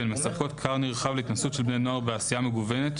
והן מספקות כר נרחב להתנסות של בני נוער בעשייה מגוונת,